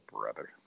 brother